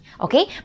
okay